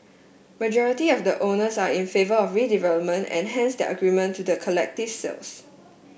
majority of the owners are in favour of redevelopment and hence their agreement to the collective sales